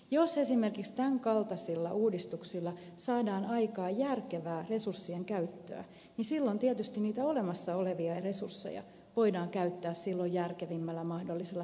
jos esimerkiksi tämän kaltaisilla uudistuksilla saadaan aikaan järkevää resurssien käyttöä silloin tietysti niitä olemassa olevia resursseja voidaan käyttää järkevimmällä mahdollisella tavalla